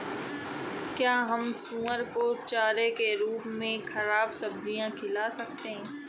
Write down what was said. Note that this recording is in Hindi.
क्या हम सुअर को चारे के रूप में ख़राब सब्जियां खिला सकते हैं?